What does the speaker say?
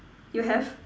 you have